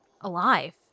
alive